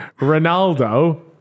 Ronaldo